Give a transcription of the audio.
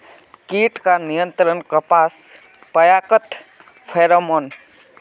कीट का नियंत्रण कपास पयाकत फेरोमोन?